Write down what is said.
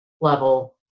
level